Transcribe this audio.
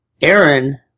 Aaron